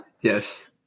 yes